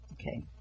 Okay